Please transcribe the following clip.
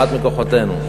אחת מכוחותינו.